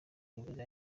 kaminuza